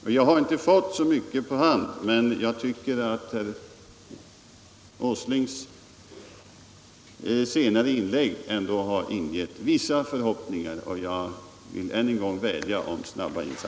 Jag har visserligen inte fått så mycket på hand, men jag tycker ändå att herr Åslings senaste inlägg ingav vissa förhoppningar, och jag vill än en gång vädja om snabba